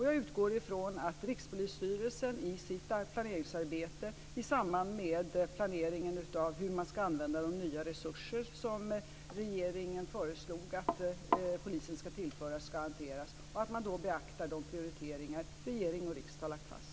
Jag utgår från att Rikspolisstyrelsen i sitt planeringsarbete i samband med planeringen av hur man ska använda de nya resurser som regeringen föreslog att polisen ska tillföras hanterar detta och att man då beaktar prioriteringar som regering och riksdag har lagt fast.